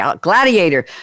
Gladiator